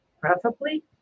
preferably